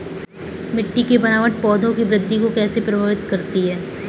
मिट्टी की बनावट पौधों की वृद्धि को कैसे प्रभावित करती है?